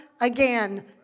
again